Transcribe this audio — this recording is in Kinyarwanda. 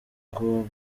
ngo